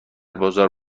بازار